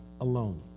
Alone